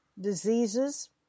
diseases